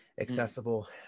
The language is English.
accessible